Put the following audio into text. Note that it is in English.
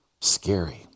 Scary